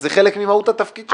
זה חלק ממהות התפקיד שלי כחבר כנסת.